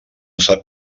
sap